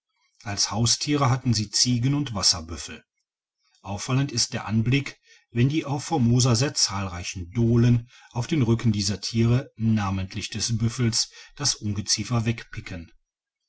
als haustiere hatten sie ziegen und wasserbüffel auffallend ist der anblick wenn die auf formosasehr zahlreichen dohlen auf dem rücken dieser tiere namentlich des büffels das ungeziefer wegpicken